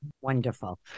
Wonderful